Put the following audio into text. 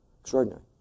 Extraordinary